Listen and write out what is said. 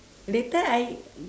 later I